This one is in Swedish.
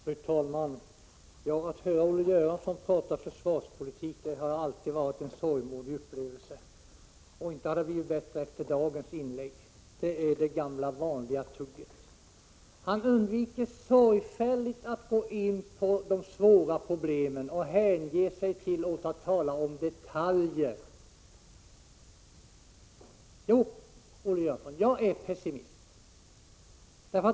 Fru talman! Att höra Olle Göransson diskutera försvarspolitik har alltid varit en sorgmodig upplevelse och inte har det blivit bättre efter dagens inlägg. Det är det gamla vanliga ”tugget”. Han undviker sorgfälligt att gå in på de svåra problemen och ägnar sig åt att tala om detaljer. Olle Göransson, jag är pessimist.